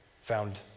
found